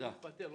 אני מתפטר.